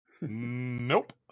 Nope